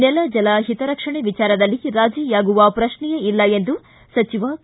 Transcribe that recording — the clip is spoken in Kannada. ನೆಲ ಜಲ ಓತರಕ್ಷಣೆ ವಿಚಾರದಲ್ಲಿ ರಾಜಿಯಾಗುವ ಪ್ರಶ್ನೆಯೇ ಇಲ್ಲ ಎಂದು ಸಚಿವ ಕೆ